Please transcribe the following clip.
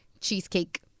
Cheesecake